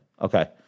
Okay